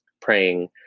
praying